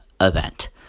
event